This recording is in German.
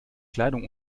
kleidung